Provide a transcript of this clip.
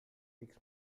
six